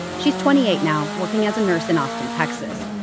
she's twenty eight now, working as a nurse in austin, texas.